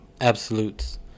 absolutes